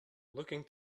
looking